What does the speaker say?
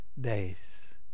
days